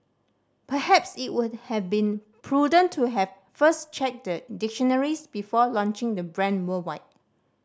perhaps it would have been prudent to have first checked the dictionaries before launching the brand worldwide